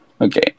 Okay